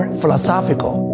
philosophical